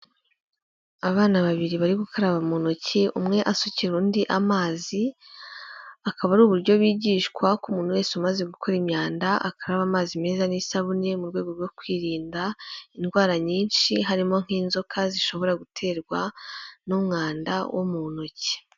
Abana babiri bari gukaraba mu ntoki, umwe asukira undi amazi akaba ari uburyo bigishwa ku umuntu wese umaze gukora imyanda, akaraba amazi meza n'isabune mu rwego rwo kwirinda indwara nyinshi harimo nk'inzoka zishobora guterwa n'umwanda wo mu ntoki.